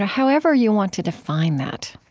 however you want to define that